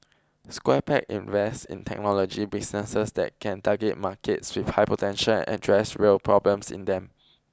Square Peg invests in technology businesses that can target markets with high potential and address real problems in them